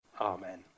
Amen